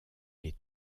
les